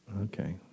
Okay